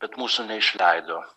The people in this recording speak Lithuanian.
bet mūsų neišleido